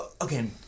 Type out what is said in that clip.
okay